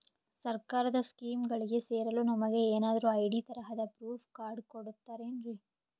ಸರ್ಕಾರದ ಸ್ಕೀಮ್ಗಳಿಗೆ ಸೇರಲು ನಮಗೆ ಏನಾದ್ರು ಐ.ಡಿ ತರಹದ ಪ್ರೂಫ್ ಕಾರ್ಡ್ ಕೊಡುತ್ತಾರೆನ್ರಿ?